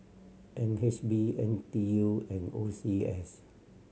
N H B N T U and O C S